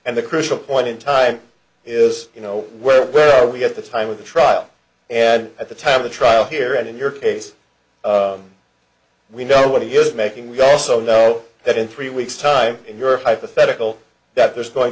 and the crucial point in time is you know where are we at the time of the trial and at the time of the trial here and in your case we know what he is making we also know that in three weeks time in your hypothetical that there's going